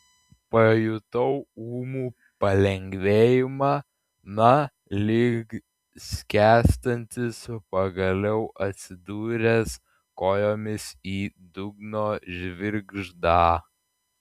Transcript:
pajutau ūmų palengvėjimą na lyg skęstantis pagaliau atsidūręs kojomis į dugno žvirgždą